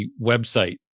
website